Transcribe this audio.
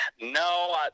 No